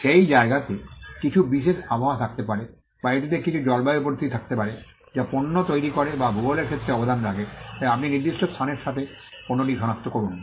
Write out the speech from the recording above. সেই জায়গাতে কিছু বিশেষ আবহাওয়া থাকতে পারে বা এটিতে কিছু জলবায়ু পরিস্থিতি থাকতে পারে যা পণ্য তৈরি করে বা ভূগোলের ক্ষেত্রে অবদান রাখে তাই আপনি নির্দিষ্ট স্থানের সাথে পণ্যটি সনাক্ত করুন